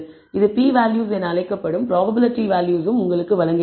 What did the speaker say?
இது p values என அழைக்கப்படும் பிராப்பபிலிடி வேல்யூஸும் உங்களுக்கு வழங்குகிறது